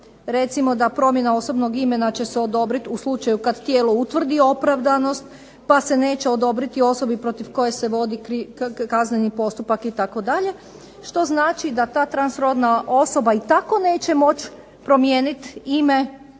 recimo da promjena osobnog imena će se odobriti u slučaju kad tijelo utvrdi opravdanost pa se neće odobriti osobi protiv koje se vodi kazneni postupak itd., što znači da ta transrodna osoba i tako neće moći promijeniti ime